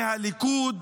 מהליכוד,